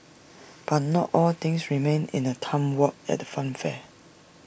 but not all things remain in A time warp at the funfair